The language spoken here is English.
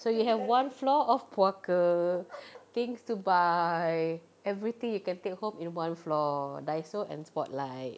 so you have one floor of puaka things to buy everything you can take home in one floor Daiso and spotlight